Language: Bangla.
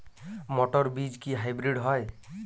মটর বীজ কি হাইব্রিড হয়?